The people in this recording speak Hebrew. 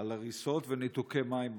על הריסות וניתוקי מים בשטחים.